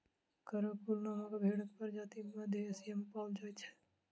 Karakul नामक भेंड़क प्रजाति मध्य एशिया मे पाओल जाइत छै